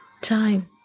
time